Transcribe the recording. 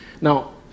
Now